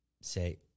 say